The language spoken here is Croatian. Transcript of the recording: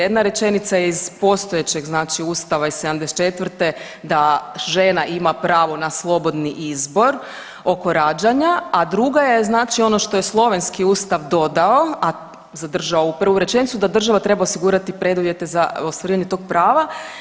Jedna rečenica je iz postojećeg znači Ustava iz '74. da žena ima pravo na slobodni izbor oko rađanja, a druga je znači ono što je slovenski ustav dodao, a zadržao prvu rečenicu, da država treba osigurati preduvjete za ostvarivanje tog prava.